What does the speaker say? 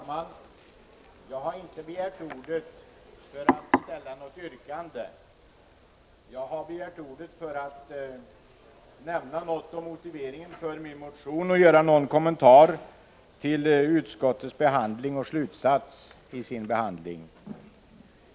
Herr talman! Jag har inte begärt ordet för att framställa något yrkande. Jag har begärt ordet för att nämna något om motiveringen för min motion och något kommentera utskottets handläggning och slutsats i sin behandling.